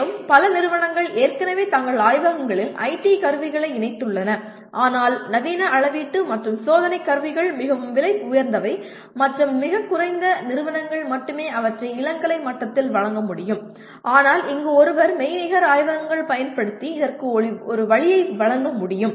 மேலும் பல நிறுவனங்கள் ஏற்கனவே தங்கள் ஆய்வகங்களில் ஐடி கருவிகளை இணைத்துள்ளன ஆனால் நவீன அளவீட்டு மற்றும் சோதனைக் கருவிகள் மிகவும் விலை உயர்ந்தவை மற்றும் மிகக் குறைந்த நிறுவனங்கள் மட்டுமே அவற்றை இளங்கலை மட்டத்தில் வழங்க முடியும் ஆனால் இங்கு ஒருவர் மெய்நிகர் ஆய்வகங்கள் பயன்படுத்தி இதற்கு ஒரு வழியை வழங்க முடியும்